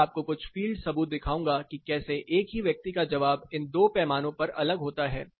मैं आपको कुछ फ़ील्ड सबूत दिखाऊंगा कि कैसे एक ही व्यक्ति का जवाब इन दो पैमानों पर अलग होता है